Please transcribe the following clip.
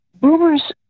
Boomers